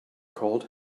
called